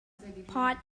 pot